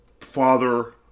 father